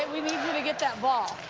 and we need you to get that ball.